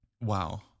Wow